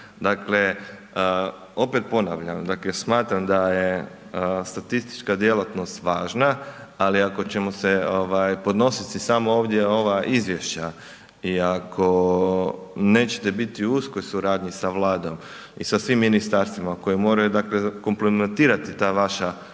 Dakle, opet ponavljam dakle smatram da je statistička djelatnost važna, ali ako ćemo se ovaj podnositi samo ovdje ova izvješća i ako nećete biti u uskoj suradnji sa vladom i sa svim ministarstvima koja moraju dakle komplimentirati ta vaša područja